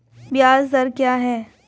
ब्याज दर क्या है?